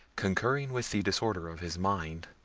concurring with the disorder of his mind,